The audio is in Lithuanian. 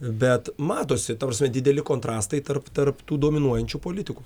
bet matosi ta prasme dideli kontrastai tarp tarp tų dominuojančių politikų